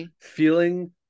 feeling